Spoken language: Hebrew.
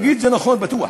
תגיד שזה נכון, זה בטוח.